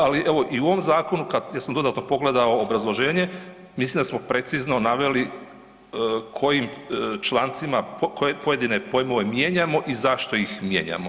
Ali evo i u ovom zakonu gdje sam dodatno pogledao obrazloženje mislim da smo precizno naveli kojim člancima koje pojedine pojmove mijenjamo i zašto ih mijenjamo.